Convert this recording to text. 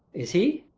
is he?